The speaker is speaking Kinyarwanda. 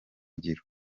ngiro